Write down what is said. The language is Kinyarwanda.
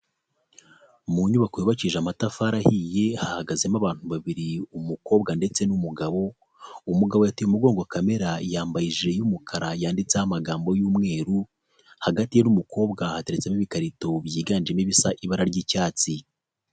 Mu nyubako yubakishije amatafari ahiye hahagazemo abantu babiri umukobwa ndetse n'umugabo, umugabo yateye umugongo kamera yambaye ijire y'umukara yanditseho amagambo y'umweru, hagati ye n'umukobwa hateretsemo ibikarito byiganjemo ibisa ibara ry'icyatsi.